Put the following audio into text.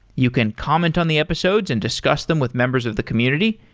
you can comment on the episodes and discuss them with members of the community,